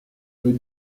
peut